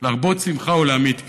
להרבות שמחה ולהמעיט כאב.